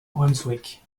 brunswick